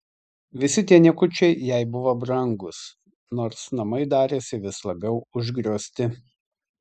visi tie niekučiai jai buvo brangūs nors namai darėsi vis labiau užgriozti